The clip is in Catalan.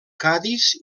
cadis